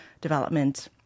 development